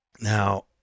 Now